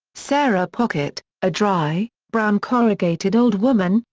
sarah pocket, a dry, brown corrugated old woman,